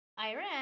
Iran